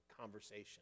conversation